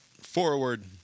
forward